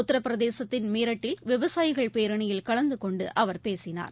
உத்தரப்பிரதேசத்தின் மீரட்டில் விவசாயிகள் பேரணியில் கலந்து கொண்டு அவர் பேசினார்